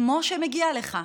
כמו שמגיע לך,